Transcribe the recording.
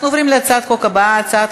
אנחנו עוברים להצעת החוק הבאה: הצעת